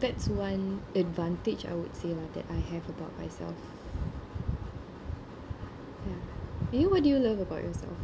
that's one advantage I would say lah that I have about myself ya you what do you love about yourself